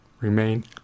remain